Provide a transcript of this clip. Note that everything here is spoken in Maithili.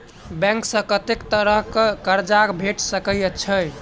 बैंक सऽ कत्तेक तरह कऽ कर्जा भेट सकय छई?